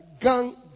gang